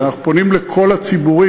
הרי אנחנו פונים לכל הציבורים,